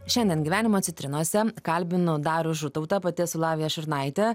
šiandien gyvenimo citrinose kalbinu darių žutautą pati esu lavija šurnaitė